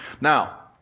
Now